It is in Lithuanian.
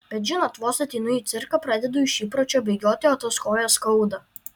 bet žinot vos ateinu į cirką pradedu iš įpročio bėgioti o tas kojas skauda